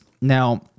Now